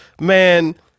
man